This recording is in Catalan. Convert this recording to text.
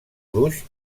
gruix